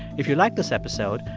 if you like this episode,